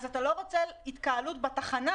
אז אתה לא רוצה התקהלות בתחנה,